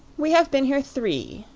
we have been here three,